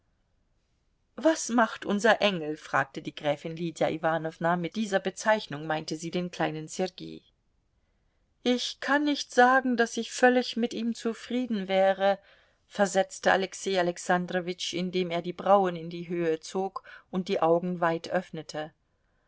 was macht unser engel fragte die gräfin lydia iwanowna mit dieser bezeichnung meinte sie den kleinen sergei ich kann nicht sagen daß ich völlig mit ihm zufrieden wäre versetzte alexei alexandrowitsch indem er die brauen in die höhe zog und die augen weit öffnete